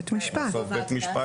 בית משפט.